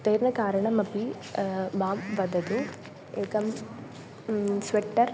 तेन कारणेन अपि मां वदतु एकं स्वेट्टर्